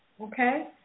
okay